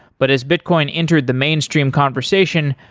but as bitcoin entered the mainstream conversation,